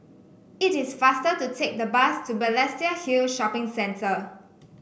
it is faster to take the bus to Balestier Hill Shopping Centre